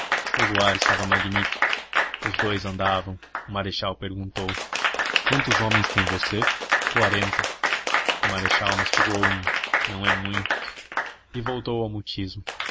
o luar estava magnífico os dous andavam o marechal perguntou quantos homens tem você quarenta o marechal mastigou um não é muito e voltou ao